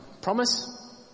promise